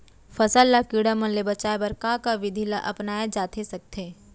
फसल ल कीड़ा मन ले बचाये बर का का विधि ल अपनाये जाथे सकथे?